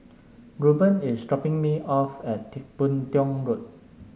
Reuben is dropping me off at Boon Tiong Road